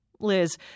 Liz